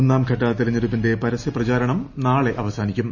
ഒന്നാംഘട്ട തെരഞ്ഞെടുപ്പിന്റെ പരസ്യപ്രചാരണം നാളെ അവസാനിക്കും